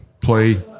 play